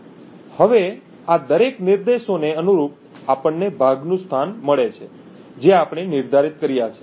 હવે આ દરેક નિર્દેશોને અનુરૂપ આપણને ભાગનું સ્થાન મળે છે જે આપણે નિર્ધારિત કર્યા છે